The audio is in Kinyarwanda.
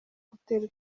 guterwa